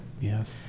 yes